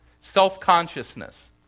self-consciousness